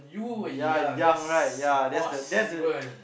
ya young right ya that's the that's the